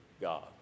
God